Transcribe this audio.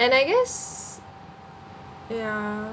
and I guess ya